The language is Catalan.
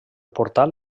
portal